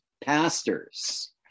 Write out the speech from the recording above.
pastors